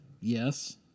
Yes